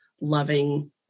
loving